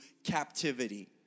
captivity